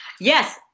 Yes